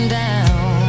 down